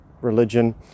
religion